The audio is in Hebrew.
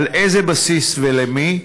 על איזה בסיס ולמי?